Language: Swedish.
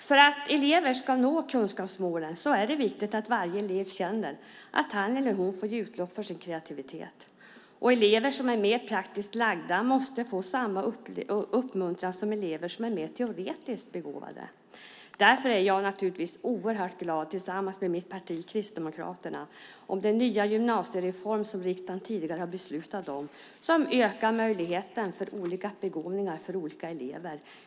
För att elever ska nå kunskapsmålen är det viktigt att varje elev känner att han eller hon får utlopp för sin kreativitet. Elever som är mer praktiskt lagda måste få samma uppmuntran som elever som är mer teoretiskt begåvade. Därför är jag naturligtvis oerhört glad, tillsammans med mitt parti Kristdemokraterna, över den nya gymnasiereform som riksdagen tidigare har beslutat om, som ökar möjligheten för olika begåvningar, för olika elever.